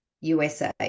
USA